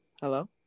hello